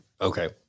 Okay